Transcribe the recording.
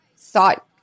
thought